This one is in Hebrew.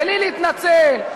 בלי להתנצל,